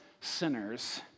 sinners